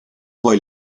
poi